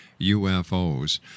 UFOs